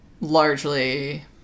Largely